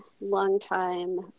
longtime